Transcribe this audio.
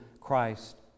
Christ